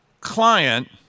client